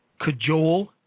cajole